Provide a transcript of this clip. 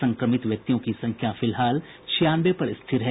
संक्रमित व्यक्तियों की संख्या फिलहाल छियानवे पर स्थिर है